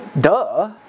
Duh